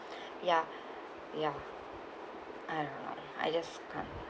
ya ya I don't know I just can't